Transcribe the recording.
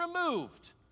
removed